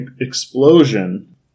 explosion